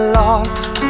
lost